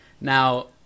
Now